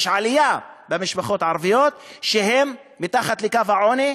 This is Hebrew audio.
יש עלייה במספר המשפחות הערביות שהן מתחת לקו העוני,